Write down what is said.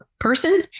person